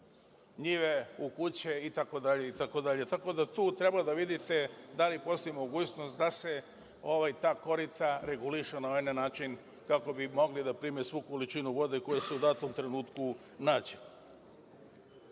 njive, u kuće, itd. Tako da, tu treba da vidite, da li postoji mogućnost, da se ta korita regulišu na jedan način kako bi mogli da prime svu količinu vode koja se u datom trenutku nađe. Ono